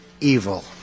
evil